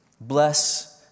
Bless